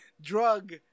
drug